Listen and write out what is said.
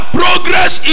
progress